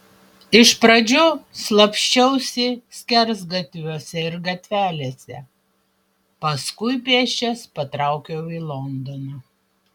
iš pradžių slapsčiausi skersgatviuose ir gatvelėse paskui pėsčias patraukiau į londoną